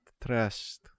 trust